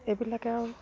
এইবিলাকে আৰু